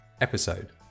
episode